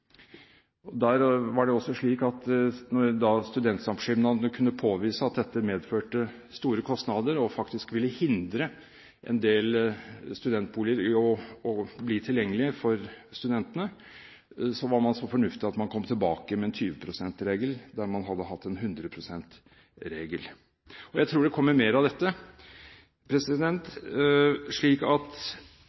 Der var det slik at når studentsamskipnadene kunne påvise at dette medførte store kostnader og faktisk ville hindre en del studentboliger i å bli tilgjengelig for studentene, var man så fornuftig at man kom tilbake med en 20 pst.-regel, der man hadde hatt en 100 pst.-regel. Jeg tror det kommer mer av dette.